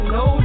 no